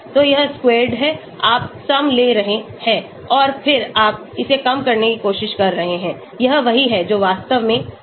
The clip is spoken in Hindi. तो यह squared है आप sum ले रहे हैं और फिर आप इसे कम करने की कोशिश कर रहे हैं यह वही है जो वास्तव में है